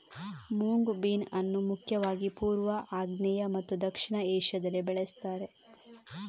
moong bean ಅನ್ನು ಮುಖ್ಯವಾಗಿ ಪೂರ್ವ, ಆಗ್ನೇಯ ಮತ್ತು ದಕ್ಷಿಣ ಏಷ್ಯಾದಲ್ಲಿ ಬೆಳೆಸ್ತಾರೆ